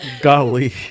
Golly